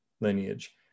lineage